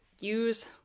use